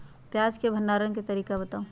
प्याज के भंडारण के तरीका बताऊ?